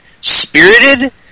Spirited